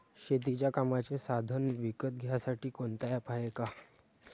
शेतीच्या कामाचे साधनं विकत घ्यासाठी कोनतं ॲप हाये का?